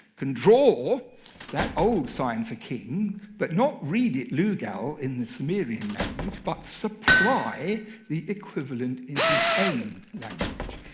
can draw that old sign for king but not read it lugal in the sumerian language, but supply the equivalent in his own language.